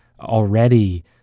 already